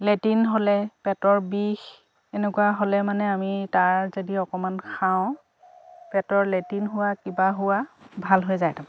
latrine হ'লে পেটৰ বিষ এনেকুৱা হ'লে মানে আমি তাৰ যদি অকণমান খাওঁ পেটৰ লেটিন হোৱা কিবা হোৱা ভাল হৈ যায় তাৰমানে